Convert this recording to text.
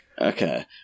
Okay